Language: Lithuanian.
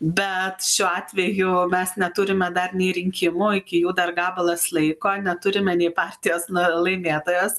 bet šiuo atveju mes neturime dar nei rinkimų iki jų dar gabalas laiko neturime nei partijos na laimėtojos